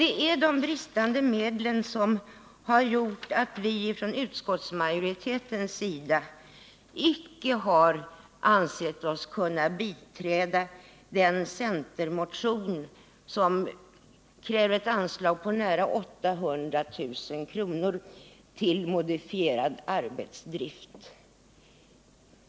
Det är bristen på medel som har gjort att vi i utskottsmajoriteten icke har ansett oss kunna biträda den centermotion där man kräver ett anslag på nära 800 000 kr. till modifierad arbetsdrift.